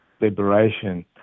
liberation